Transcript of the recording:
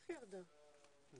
יו"ר הסוכנות